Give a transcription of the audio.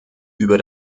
über